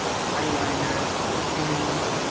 eyeliners, perfumes,